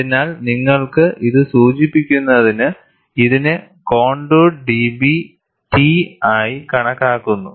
അതിനാൽ നിങ്ങൾക്ക് ഇത് സൂചിപ്പിക്കുന്നതിന് ഇതിനെ കോൺടൂർഡ് DB T ആയി കണക്കാക്കുന്നു